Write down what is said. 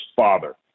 father